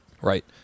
Right